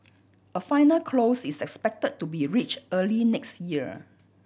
a final close is expected to be reached early next year